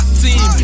team